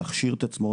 להכשיר את עצמו,